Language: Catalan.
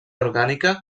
orgànica